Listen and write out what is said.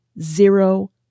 zero